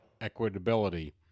equitability